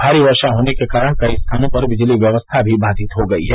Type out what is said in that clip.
भारी वर्षा होने के कारण कई स्थानों पर बिजली व्यवस्था भी बाधित हो गयी है